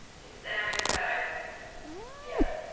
is sam inside yes,